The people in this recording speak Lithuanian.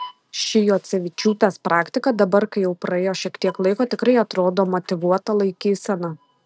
ši juocevičiūtės praktika dabar kai jau praėjo šiek tiek laiko tikrai atrodo motyvuota laikysena